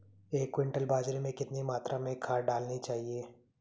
एक क्विंटल बाजरे में कितनी मात्रा में खाद डालनी चाहिए?